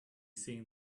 seen